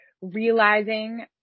realizing